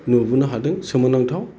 नुबोनो हादों सोमोनांथाव